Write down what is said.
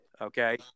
okay